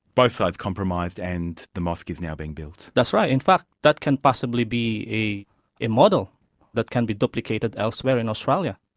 both sides compromised, and the mosque is now being built. that's right. in fact that can possibly be a model that can be duplicated elsewhere in australia.